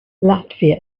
latvia